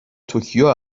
توکیو